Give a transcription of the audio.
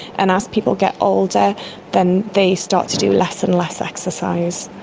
and as people get older then they start to do less and less exercise.